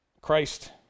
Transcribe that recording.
Christ